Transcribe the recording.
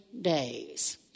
days